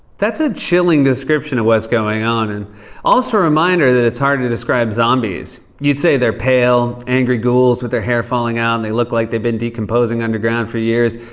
that's a chilling description of what's going on, and also a reminder that it's hard to describe zombies. you'd say they're pale, angry ghouls with their hair falling out and they look like they've been decomposing underground for years.